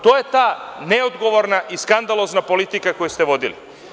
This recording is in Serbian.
To je ta neodogovorna i skandalozna politika koju ste vodili.